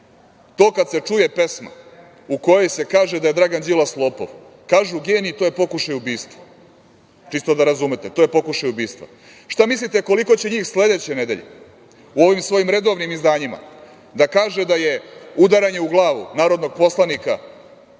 to kad se čuje pesma u kojoj se kaže da je Dragan Đilas lopov, kažu geniji – to je pokušaj ubistva. Čisto da razumete, to je pokušaj ubistva. Šta mislite koliko će njih sledeće nedelje u ovim svojim redovnim izdanjima da kažu da je udaranje u glavu narodnog poslanika, bačenog